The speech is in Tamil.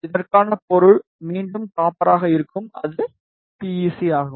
இதற்கான பொருள் மீண்டும் காப்பராக இருக்கும் அது பி ஈ சி ஆகும்